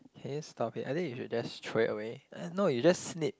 can you stop it I think you should just throw it away eh no you just snip